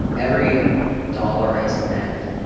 every dollar i spend,